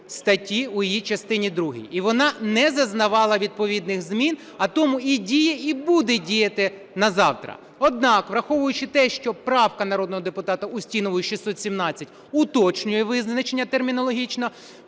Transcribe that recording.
статті, у її частині другій, і вона не зазнавала відповідних змін, а тому і діє, і буде діяти назавтра. Однак, враховуючи те, що правка народного депутата Устінової 617 уточнює визначення термінологічно,